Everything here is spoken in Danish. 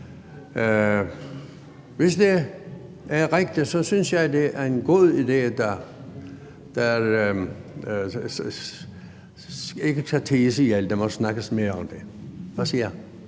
Hvis det er rigtigt, synes jeg, det er en god idé, der ikke skal ties ihjel. Der må snakkes mere om det. Hvad siger